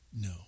No